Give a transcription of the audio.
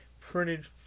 printed